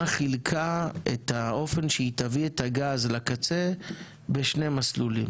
חילקה את האופן שהיא תביא את הגז לקצה בשני מסלולים.